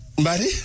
buddy